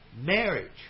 marriage